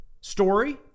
story